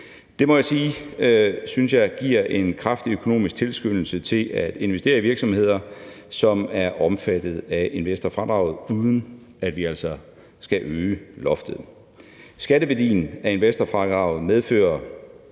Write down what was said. jeg sige jeg synes giver en kraftig økonomisk tilskyndelse til at investere i virksomheder, som er omfattet af investorfradraget, uden at vi altså skal øge loftet. Skatteværdien af investorfradraget medfører